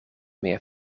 meer